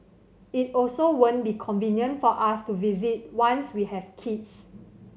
it also won't be convenient for us to visit once we have kids